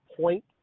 point